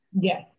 yes